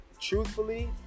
Truthfully